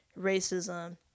racism